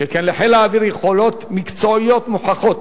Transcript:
שכן לחיל האוויר יכולות מקצועיות מוכחות